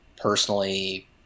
personally